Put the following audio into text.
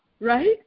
right